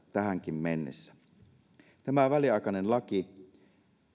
tähänkin mennessä tämä väliaikainen laki